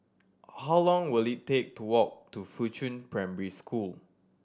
how long will it take to walk to Fuchun Primary School